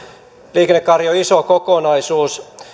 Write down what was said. liikennekaari on iso kokonaisuus